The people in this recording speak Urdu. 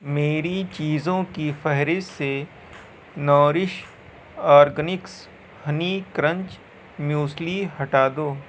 میری چیزوں کی فہرست سے nourish organics honey crunch muesli ہٹا دو